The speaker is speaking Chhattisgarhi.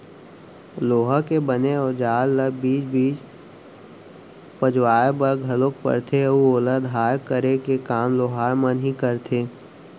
लोहा के बने अउजार ल बीच बीच पजवाय बर घलोक परथे अउ ओला धार करे के काम लोहार मन ही करथे